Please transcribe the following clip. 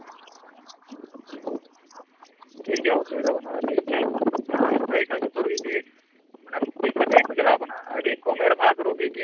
ᱴᱷᱤᱠ ᱜᱮᱭᱟ ᱚᱥᱩᱵᱤᱫᱷᱟ ᱵᱟᱱᱩᱜᱼᱟ ᱤᱧ ᱴᱷᱮᱱ ᱡᱟᱦᱟᱭ ᱠᱚ ᱦᱮᱡ ᱟᱠᱟᱱ ᱡᱚᱛᱚ ᱨᱩᱜᱤ ᱜᱮ ᱵᱩᱜᱮ ᱠᱟᱛᱮ ᱜᱮᱠᱚ ᱪᱟᱞᱟᱣ ᱠᱟᱱᱟ ᱟᱹᱰᱤ ᱠᱚᱢᱮᱨ ᱵᱷᱟᱜᱽ ᱨᱩᱜᱤ ᱜᱮ ᱡᱮ